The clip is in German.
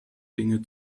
dinge